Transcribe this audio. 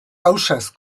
ausaz